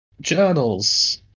journals